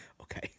Okay